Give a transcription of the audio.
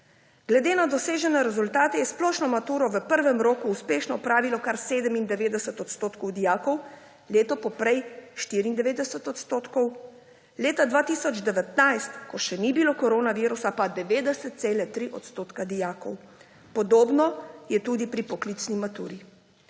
Glede na dosežene rezultate je splošno maturo v prvem roku uspešno opravilo kar 97 % dijakov, lepo poprej 94 %, leta 2019, ko še ni bilo koronavirusa, pa 90,3 % dijakov. Podobno je tudi pri poklicni maturi.